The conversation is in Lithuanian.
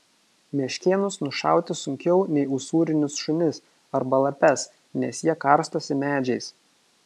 meškėnus nušauti sunkiau nei usūrinius šunis arba lapes nes jie karstosi medžiais